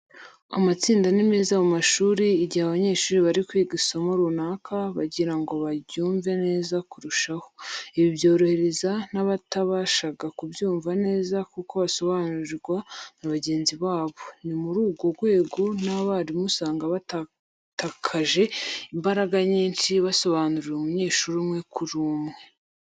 Amatsinda ni meza mu mashuri, igihe abanyeshuri bari kwiga isomo runaka bagira ngo baryumve neza kurushaho. Ibi byorohereza n'abatabashaga kubyumva neza kuko basobanurirwa na bagenzi babo. Ni muri urwo rwego n'abarimu usanga batatakaje imbaraga nyinshi basobanurira umunyeshuri umwe kuri umwe.